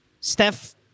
Steph